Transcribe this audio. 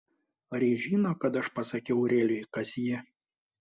ar ji žino kad aš pasakiau aurelijui kas ji